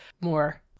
more